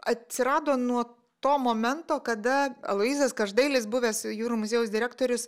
atsirado nuo to momento kada aloyzas každailis buvęs jūrų muziejaus direktorius